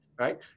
right